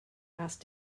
asked